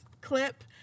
clip